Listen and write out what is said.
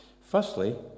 Firstly